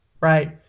Right